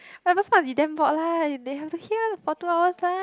whoever must be damn bored lah they have to hear for two hours leh